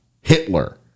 Hitler